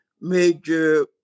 major